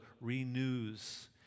renews